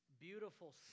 beautiful